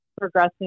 progressing